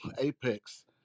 Apex